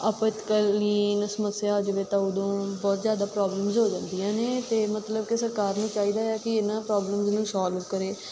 ਆਫਤ ਕਾਲੀਨ ਸਮੱਸਿਆ ਆ ਜਾਵੇ ਤਾਂ ਉਦੋਂ ਬਹੁਤ ਜ਼ਿਆਦਾ ਪ੍ਰੋਬਲਮਸ ਹੋ ਜਾਂਦੀਆਂ ਨੇ ਅਤੇ ਮਤਲਬ ਕਿ ਸਰਕਾਰ ਨੂੰ ਚਾਹੀਦਾ ਆ ਕਿ ਇਹਨਾਂ ਪ੍ਰੋਬਲਮਸ ਨੂੰ ਸੋਲਵ ਕਰੇ